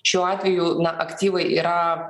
šiuo atveju na aktyvai yra